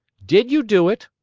did you do it?